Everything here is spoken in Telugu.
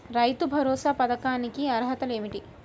రైతు భరోసా పథకానికి అర్హతలు ఏమిటీ?